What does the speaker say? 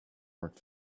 work